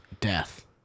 Death